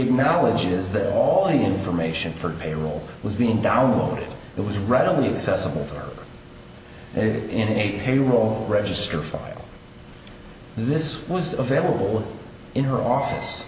acknowledges that all the information for payroll was being downloaded it was readily accessible for it in a payroll register file this was available in her office